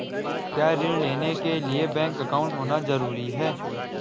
क्या ऋण लेने के लिए बैंक अकाउंट होना ज़रूरी है?